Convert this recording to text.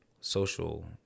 social